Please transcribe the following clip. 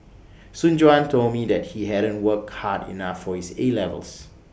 Soon Juan told me that he hadn't worked hard enough for his A levels